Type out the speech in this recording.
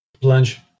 plunge